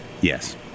Yes